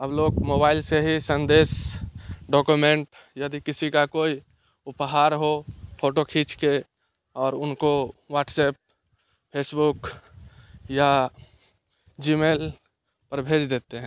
अब लोग मोबाइल से ही संदेश डोकोमेंट यदि किसी का कोई उपहार हो फोटो खींच के और उनको व्हाट्सएप फेसबूक या जीमेल पर भेज देते हैं